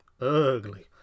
Ugly